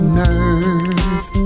nerves